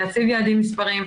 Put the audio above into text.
להציב יעדים מספריים.